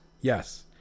Yes